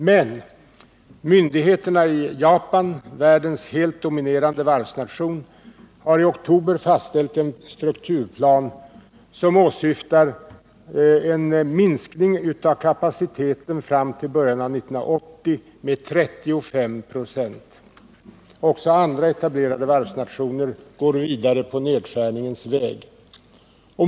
Men myndigheterna i Japan — världens helt dominerande varvsnation — har i oktober fastställt en strukturplan som åsyftar en minskning av kapaciteten fram till början av 1980 med 35 96. Även andra etablerade varvsnationer går vidare på nedskärningens väg.